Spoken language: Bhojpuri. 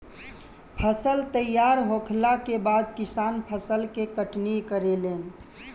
फसल तैयार होखला के बाद किसान फसल के कटनी करेलन